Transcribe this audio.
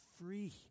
free